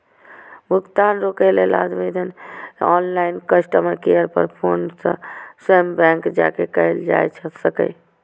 भुगतान रोकै लेल आवेदन ऑनलाइन, कस्टमर केयर पर फोन सं स्वयं बैंक जाके कैल जा सकैए